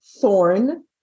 thorn